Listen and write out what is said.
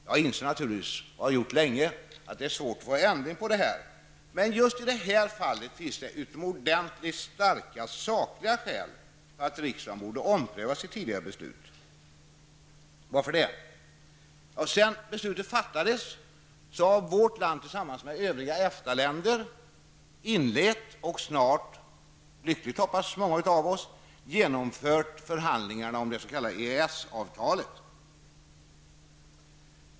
Jag har insett för länge sedan att det är svårt att få en ändring på ett beslut, men just i detta fall finns det utomordentligt starka sakliga skäl för riksdagen att ompröva sitt tidigare beslut. Varför det? Jo, sedan beslutet fattades har vårt land tillsammans med övriga EFTA-länder inlett och snart med lyckat resultat, hoppas många av oss, genomfört förhandlingarna om det s.k. EES-avtalet.